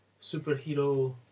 superhero